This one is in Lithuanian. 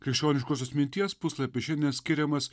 krikščioniškosios minties puslapiai šiandien skiriamas